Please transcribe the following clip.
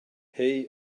hei